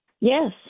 Yes